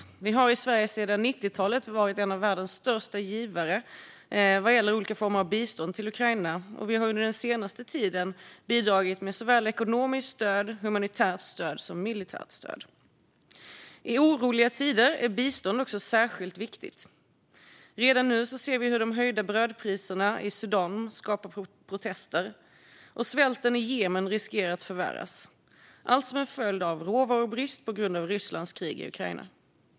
Sverige har sedan 1990-talet varit en av världens största givare vad gäller olika former av bistånd till Ukraina, och vi har under den senaste tiden bidragit med ekonomiskt, humanitärt och militärt stöd. I oroliga tider är bistånd särskilt viktigt. Redan nu ser vi hur de höjda brödpriserna i Sudan skapar protester, och svälten i Jemen riskerar att förvärras - allt som följd av råvarubrist på grund av Rysslands krig i Ukraina.